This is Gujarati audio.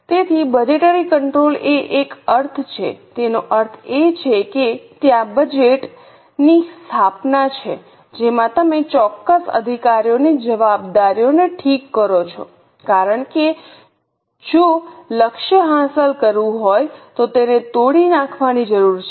તેથી બજેટરી કંટ્રોલ એ એક અર્થ છે તેનો અર્થ એ છે કે ત્યાં બજેટ ની સ્થાપના છે જેમાં તમે ચોક્કસ અધિકારીઓની જવાબદારીઓને ઠીક કરો છો કારણ કે જો લક્ષ્ય હાંસલ કરવું હોય તો તેને તોડી નાખવાની જરૂર છે